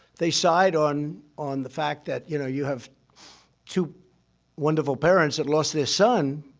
they side on on the fact that, you know, you have two wonderful parents that lost their son,